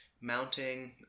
mounting